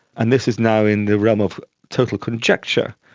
and this is now in the realm of total conjecture,